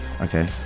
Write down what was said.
Okay